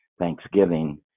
Thanksgiving